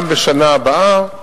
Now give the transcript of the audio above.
גם בשנה הבאה,